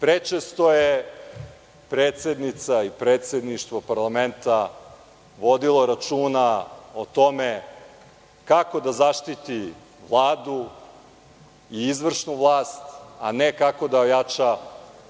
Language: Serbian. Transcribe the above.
Prečesto je predsednica i predsedništvo parlamenta vodilo računa o tome kako da zaštiti Vladu i izvršnu vlast, a ne kako da ojača